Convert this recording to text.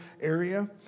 area